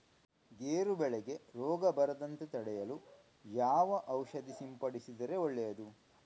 ಗೇರು ಬೆಳೆಗೆ ರೋಗ ಬರದಂತೆ ತಡೆಯಲು ಯಾವ ಔಷಧಿ ಸಿಂಪಡಿಸಿದರೆ ಒಳ್ಳೆಯದು?